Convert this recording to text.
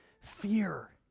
fear